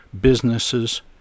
businesses